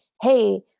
hey